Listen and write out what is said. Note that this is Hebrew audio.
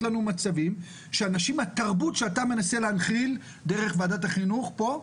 של ספורט שאתה מנסה להנחיל דרך ועדת החינוך פה,